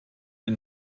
den